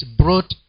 brought